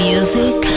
Music